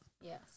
Yes